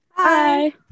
Hi